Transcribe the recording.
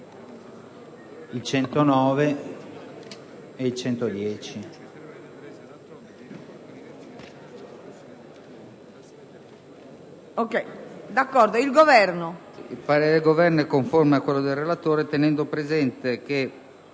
del Governo è conforme a quello del relatore, tenendo conto che